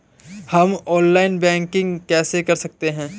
हम online banking कैसे कर सकते हैं?